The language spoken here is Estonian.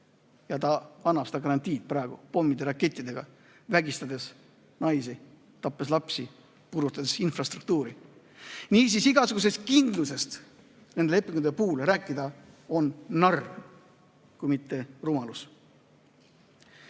ja ta annab seda garantiid praegu pommide ja rakettidega, vägistades naisi, tappes lapsi, purustades infrastruktuuri. Niisiis igasugusest kindlusest nende lepingute puhul rääkida on narr, kui mitte rumalus.